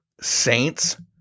Saints